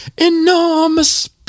Enormous